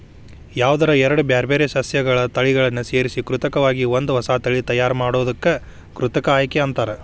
ಯಾವದರ ಎರಡ್ ಬ್ಯಾರ್ಬ್ಯಾರೇ ಸಸ್ಯಗಳ ತಳಿಗಳನ್ನ ಸೇರ್ಸಿ ಕೃತಕವಾಗಿ ಒಂದ ಹೊಸಾ ತಳಿ ತಯಾರ್ ಮಾಡೋದಕ್ಕ ಕೃತಕ ಆಯ್ಕೆ ಅಂತಾರ